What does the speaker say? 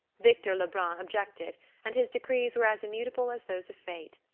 victor lebrun objected and his decrees were as immutable as those of fate.